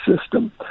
system